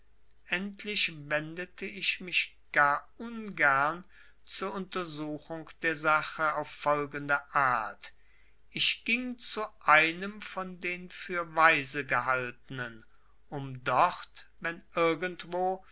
endlich wendete ich mich gar ungern zur untersuchung der sache auf folgende art ich ging zu einem von den für weise gehaltenen um dort wenn irgendwo